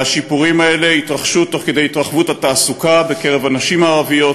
והשיפורים האלה התרחשו תוך כדי התרחבות התעסוקה בקרב הנשים הערביות,